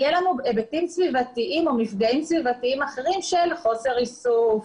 יהיו לנו היבטים סביבתיים או מפגעים סביבתיים אחרים של חוסר איסוף,